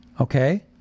Okay